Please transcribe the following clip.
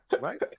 Right